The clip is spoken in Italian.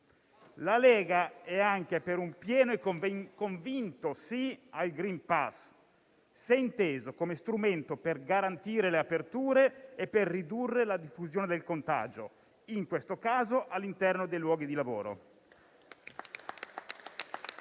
La Lega è anche per un pieno e convinto sì al *green pass*, se inteso come strumento per garantire le aperture e per ridurre la diffusione del contagio - in questo caso - all'interno dei luoghi di lavoro.